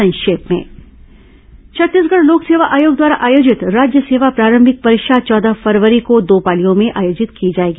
संक्षिप्त समाचार छत्तीसगढ़ लोक सेवा आयोग द्वारा आयोजित राज्य सेवा प्रारंभिक परीक्षा चौदह फरवरी को दो पालियों में आयोजित की जाएगी